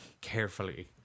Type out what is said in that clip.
carefully